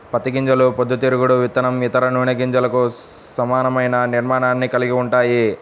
పత్తి గింజలు పొద్దుతిరుగుడు విత్తనం, ఇతర నూనె గింజలకు సమానమైన నిర్మాణాన్ని కలిగి ఉంటాయి